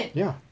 ya